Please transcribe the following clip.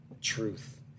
truth